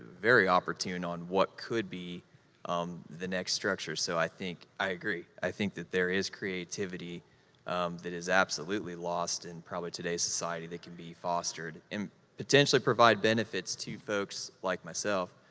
very opportune on what could be um the next structure. so i think, i agree, i think that there is creativity that is absolutely lost in probably today's society that can be fostered, and potentially provide benefits to folks like myself.